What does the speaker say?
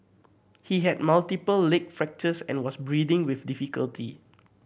he had multiple leg fractures and was breathing with difficulty